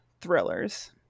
thrillers